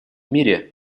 мире